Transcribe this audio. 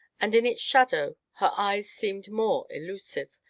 and in its shadow her, eyes seemed more elusive,